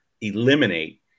eliminate